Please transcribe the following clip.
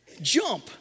Jump